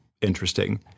interesting